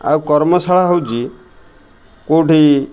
ଆଉ କର୍ମଶାଳା ହେଉଛି କେଉଁଠି